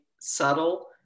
subtle